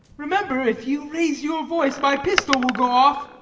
remember, if you raise your voice my pistol will go off.